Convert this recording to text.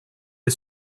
est